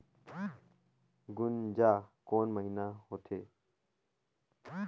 गुनजा कोन महीना होथे?